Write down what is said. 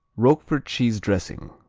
roquefort cheese dressing,